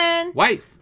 Wife